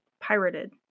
pirated